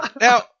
now